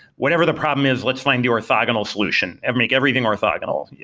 whatever the problem is, let's find the orthogonal solution and make everything orthogonal. yeah